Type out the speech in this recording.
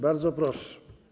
Bardzo proszę.